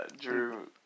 Drew